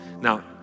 now